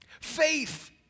Faith